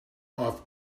off